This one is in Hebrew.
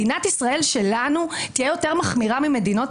מדינת ישראל שלנו תהיה יותר מחמירה ממדינות